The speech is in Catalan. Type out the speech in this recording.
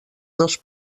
dos